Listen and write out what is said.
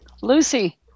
Lucy